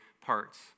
parts